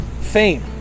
fame